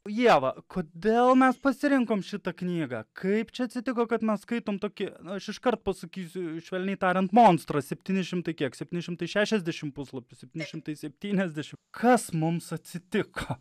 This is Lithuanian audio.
ieva kodėl mes pasirinkom šitą knygą kaip čia atsitiko kad mes skaitom tokį aš iškart pasakysiu švelniai tariant monstrą septyni šimtai kiek šeptyni šimtai šešiasdešimt puslapių septyni šimtai septyniasdešimt kas mums atsitiko